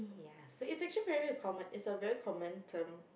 ya so it's actually very common it's a common term